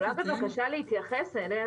הזה.